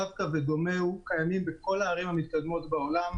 ופתרונות רב-קו ודומהו קיימים בכל הערים המתקדמות בעולם.